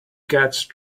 catch